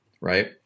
Right